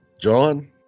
John